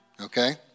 Okay